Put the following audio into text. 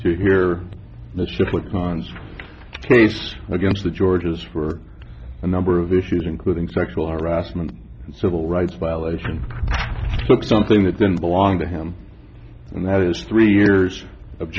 to hear the ship with son's case against the georges for a number of issues including sexual harassment and civil rights violation something that didn't belong to him and that is three years of